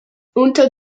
unter